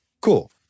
Cool